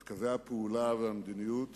את קווי הפעולה, המדיניות